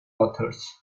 authors